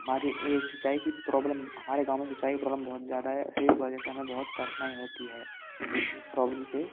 हमारी यह सिंचाई कि प्रौब्लेम हमारे गाँव में सिंचाई की प्रौब्लम बहुत ज़्यादा है उसी वजह से हमें बहुत कठनाई होती है प्रौब्लम से